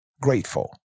grateful